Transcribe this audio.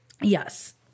Yes